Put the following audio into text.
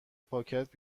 پاکت